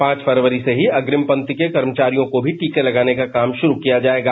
पांच फरवरी से ही अग्रिम पंक्ति के कर्मचारियों को भी टीके लगाने का काम शुरू किया जाएगा